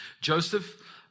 Joseph